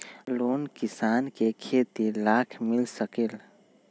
Loan किसान के खेती लाख मिल सकील?